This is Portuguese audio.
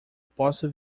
possa